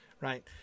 right